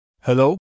Hello